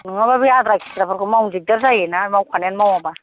नङाबा बे आद्रा खिद्राफोरखौ मावनो दिग्दार जायोना मावखानायानो मावाबा